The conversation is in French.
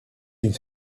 d’une